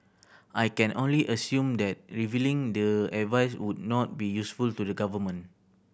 I can only assume that revealing the advice would not be useful to the government